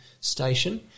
station